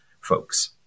folks